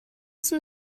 some